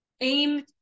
aim